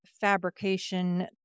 fabrication